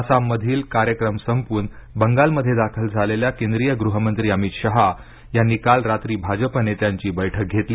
आसाममधील कार्यक्रम संपवून बंगालमध्ये दाखल झालेल्या केंद्रीय गृहमंत्री अमित शहा यांनी काल रात्री भाजप नेत्यांची बैठक घेतली